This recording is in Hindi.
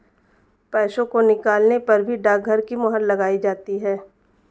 पैसों को निकालने पर भी डाकघर की मोहर लगाई जाती है